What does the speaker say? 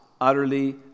utterly